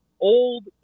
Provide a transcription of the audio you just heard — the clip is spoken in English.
old